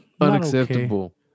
unacceptable